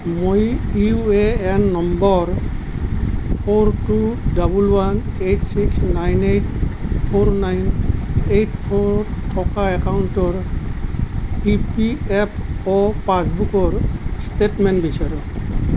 মই U A N নম্বৰ four two double one eight six nine eight four nine eight four থকা একাউণ্টৰ E P F O পাছবুকৰ statement বিচাৰোঁ